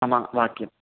मम वाक्यं